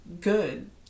good